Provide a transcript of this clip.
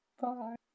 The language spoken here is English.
Bye